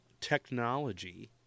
technology